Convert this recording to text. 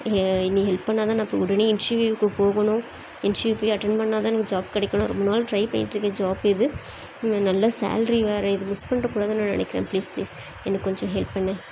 நீ ஹெல்ப் பண்ணால்தான் நான் இப்போ உடனே இன்ட்ரிவியூக்கு போகணும் இன்ட்ரியூவ் போய் அட்டென்ட் பண்ணால்தான் எனக்கு ஜாப் கிடைக்கும் நான் ரொம்ப நாள் ட்ரை பண்ணிகிட்ருக்க ஜாப் இது நல்ல சால்ரி வேற இது மிஸ் பண்ணிட கூடாதுன்னு நான் நினைக்கிறேன் ப்ளீஸ் ப்ளீஸ் எனக்கு கொஞ்சம் ஹெல்ப் பண்ணு